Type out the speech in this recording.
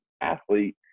athlete